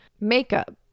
makeup